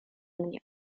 mnie